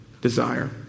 desire